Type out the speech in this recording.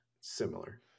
similar